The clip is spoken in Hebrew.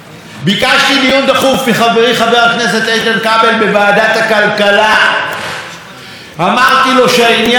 אמרתי לו שהעניין דחוף והתרעתי בפניו כי בזק אינה